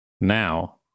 Now